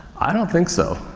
i don't think so.